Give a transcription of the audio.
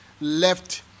left